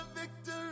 victory